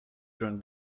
during